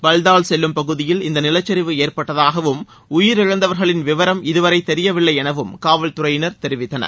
பல்தால் செல்லும் பகுதியில் இந்த நிலச்சிவு ஏற்பட்டதாகவும் உயிரிழந்தவர்களின் விவரம் இதுவரை தெரியவில்லை எனவும் காவல்துறையினர் தெரிவித்தனர்